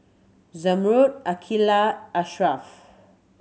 Zamrud Aqeelah Asharaff